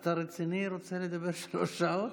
אתה רציני, רוצה לדבר שלוש שעות?